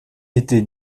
été